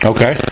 Okay